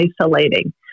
isolating